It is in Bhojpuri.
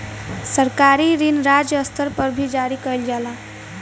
सरकारी ऋण राज्य स्तर पर भी जारी कईल जाला